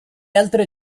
altre